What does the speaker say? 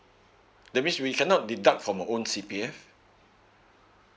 that means we cannot deduct from our own C_P_F